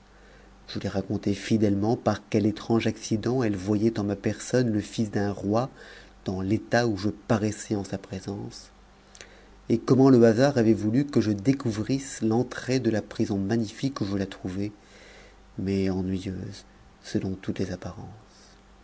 je lui racontai fidèlement par quel étrange accident elle voyait en ma personne le fils d'un roi dans l'état où je paraissais en sa présence et comment le hasard avait voulu que je découvrisse l'entrée de la prison magnifique où je la trouvais mais ennuyeuse selon toutes les apparences